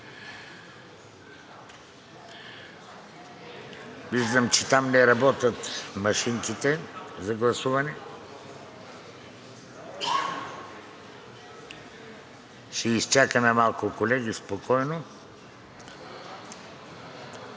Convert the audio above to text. Виждам, че там не работят машинките за гласуване. Ще Ви изчакаме малко, колеги, спокойно.